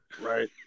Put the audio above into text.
right